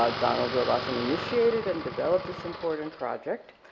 ah donald robotham initiated and developed this important project,